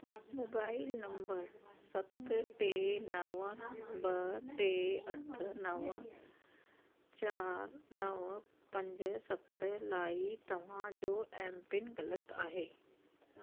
mobile number सत टे नव ॿ टे अठ नव चारि नव पंज सत लाइ तव्हां जो एमपिन ग़लति आहे